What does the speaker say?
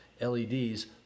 LEDs